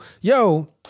yo